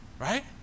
Right